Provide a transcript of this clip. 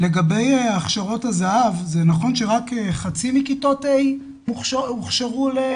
לגבי הכשרות זה"ב זה נכון שרק חצי מכיתות ה' הוכשרו?